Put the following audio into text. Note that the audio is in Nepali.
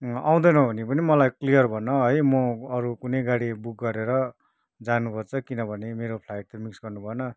आउँदैनौ भने पनि मलाई क्लियर भन है म अरू कुनै गाडी बुक गरेर जानु पर्छ किनभने मेरो फ्लाइट त मिस गर्नु भएन